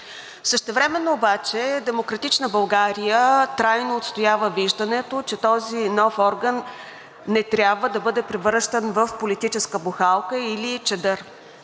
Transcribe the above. Същевременно обаче „Демократична България“ трайно отстоява виждането, че този нов орган не трябва да бъде превръщан в политическа бухалка или чадър